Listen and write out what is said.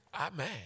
Amen